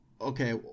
okay